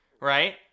right